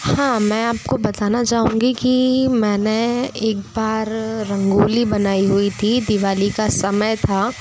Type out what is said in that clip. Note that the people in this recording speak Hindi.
हाँ मैं आपको बताना चाहूंगी कि मैंने एक बार रंगोली बनाई हुई थी दीवाली का समय था